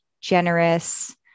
generous